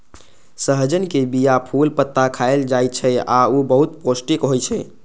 सहजन के बीया, फूल, पत्ता खाएल जाइ छै आ ऊ बहुत पौष्टिक होइ छै